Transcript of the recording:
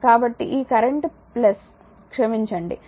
కాబట్టి ఈ కరెంట్ క్షమించండి